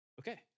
Okay